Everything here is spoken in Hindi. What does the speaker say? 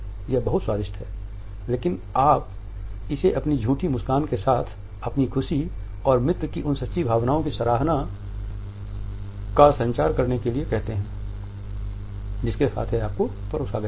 यह बहुत स्वादिष्ट है लेकिन आप इसे अपनी झूठी मुस्कान के साथ अपनी ख़ुशी और मित्र की उन सच्ची भावनाओं की सराहना का संचार करने के लिए कहते हैं जिसके साथ यह आपको यह परोसा गया है